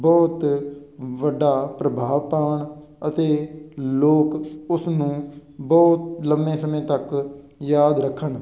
ਬਹੁਤ ਵੱਡਾ ਪ੍ਰਭਾਵ ਪਾਉਣ ਅਤੇ ਲੋਕ ਉਸ ਨੂੰ ਬਹੁਤ ਲੰਮੇ ਸਮੇਂ ਤੱਕ ਯਾਦ ਰੱਖਣ